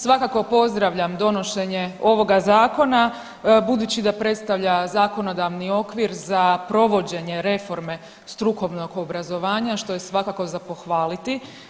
Svakako pozdravljam donošenje ovoga zakona budući da predstavlja zakonodavni okvir za provođenje reforme strukovnog obrazovanja što je svakako za pohvaliti.